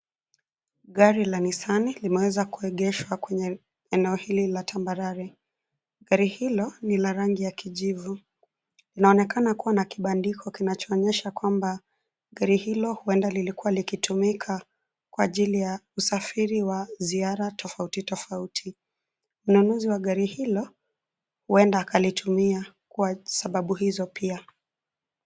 Gari la nissani limeweza kuegeshwa kwenye eneo hili la tambarare. Gari hilo ni la rangi ya kijivu. Linaonekana kuwa na kibandiko kinachoonyesha kwamba gari hilo huenda lilikuwa likitumika kwa ajili ya usafiri wa ziara tofauti tofauti. Mnunuzi wa gari hilo huenda akalitumia kwa sababu hizo pia.